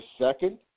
second